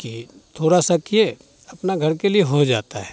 कि थोड़ा सा किए अपने घर के लिए हो जाता है